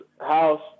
house